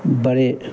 बड़े